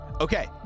Okay